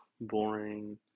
boring